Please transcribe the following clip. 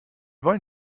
wollen